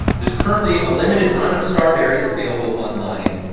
there's currently a limited run of starburys available online.